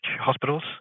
Hospitals